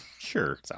Sure